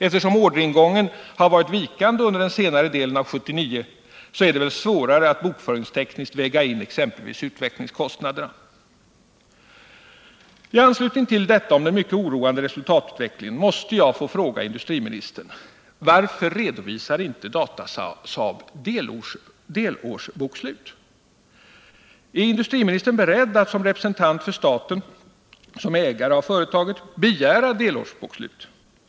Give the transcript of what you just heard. Eftersom orderingången varit vikande under den senare delen av 1979, är det väl svårare att bokföringstekniskt väga in exempelvis utvecklingskostnaderna. I anslutning till dessa uppgifter om den mycket oroande resultatutvecklingen måste jag fråga industriministern: Varför redovisar inte Datasaab delårsbokslut? Är industriministern beredd att som representant för staten som ägare av företaget begära delårsbokslut?